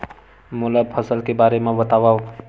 मोला फसल के बारे म बतावव?